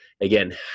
Again